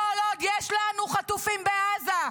כל עוד יש לנו חטופים בעזה.